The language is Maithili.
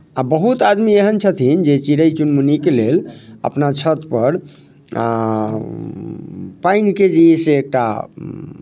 आ बहुत आदमी एहन छथिन जे चिड़ै चुनमुनीके लेल अपना छतपर पानिके जे अइ से एकटा